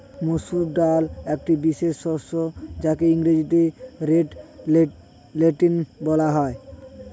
মুসুর ডাল একটি বিশেষ শস্য যাকে ইংরেজিতে রেড লেন্টিল বলা হয়